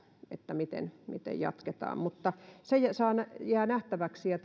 miten miten jatketaan mutta se jää nähtäväksi ja